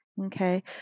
Okay